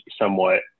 somewhat